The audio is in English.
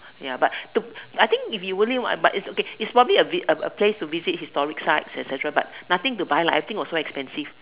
ya but the I think if you only want but it's okay is probably a bit a a place to visit historic site et-cetera but nothing to buy lah everything was so expensive